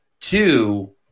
Two